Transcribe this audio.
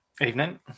Evening